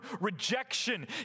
rejection